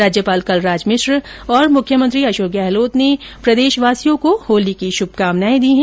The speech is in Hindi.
राज्यपाल कलराज मिश्र और मुख्यमंत्री अशोक गहलोत ने प्रदेशवासियों को होली की शुभकामनाएं दी है